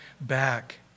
back